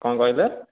କ'ଣ କହିଲେ